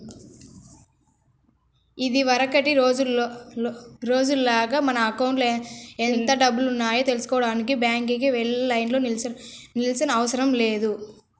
ఇదివరకటి రోజుల్లాగా మన అకౌంట్లో ఎన్ని డబ్బులున్నాయో తెల్సుకోడానికి బ్యాంకుకి వెళ్లి లైన్లో నిల్చోనవసరం లేదు